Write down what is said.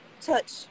touch